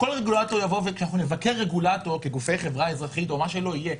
כשנבקר רגולטור כגופי חברה אזרחית יגידו: